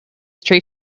tree